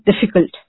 difficult